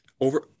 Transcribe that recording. over